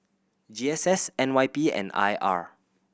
G S S N Y P and I R